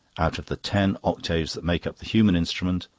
out of the ten octaves that make up the human instrument,